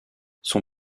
son